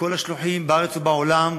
לכל השלוחים בארץ ובעולם: